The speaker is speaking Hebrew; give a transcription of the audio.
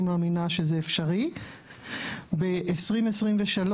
מאמינים ששינוי כזה אפשרי וב- 2023,